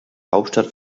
hauptstadt